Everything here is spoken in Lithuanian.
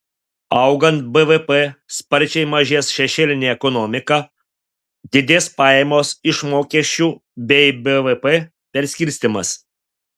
augant bvp sparčiai mažės šešėlinė ekonomika didės pajamos iš mokesčių bei bvp perskirstymas